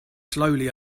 slowly